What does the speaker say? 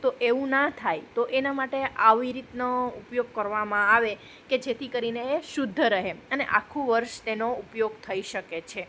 તો એવું ના થાય તો એના માટે આવી રીતનો ઉપયોગ કરવામાં આવે કે જેથી કરીને શુદ્ધ રહે અને આખું વર્ષ તેનો ઉપયોગ થઈ શકે છે